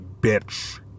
bitch